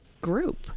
group